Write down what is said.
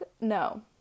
No